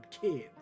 kids